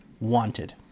wanted